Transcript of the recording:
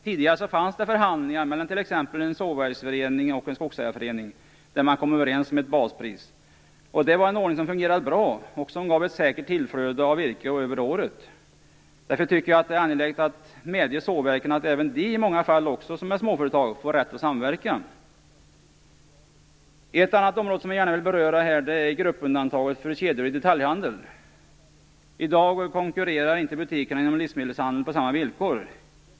Tidigare fanns det förhandlingar mellan t.ex. en sågverksförening och en skogsägarförening där man kom överens om ett baspris. Det var en ordning som fungerade bra och som gav ett säkert tillflöde av virke över året. Därför tycker jag att det är angeläget att medge sågverken att även de, som i många fall också är småföretag, får rätt att samverka. Ett annat område som jag gärna vill beröra är gruppundantaget för kedjor i detaljhandel. I dag konkurrerar inte butiker inom livsmedelshandeln på samma villkor.